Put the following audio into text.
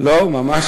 החטיבה